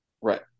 right